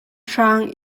hrang